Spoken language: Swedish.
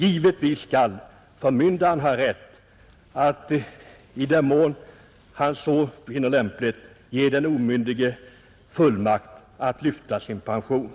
Givetvis skall förmyndaren ha rätt att i den mån han finner lämpligt ge den omyndige fullmakt att utkvittera pengarna.